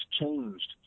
changed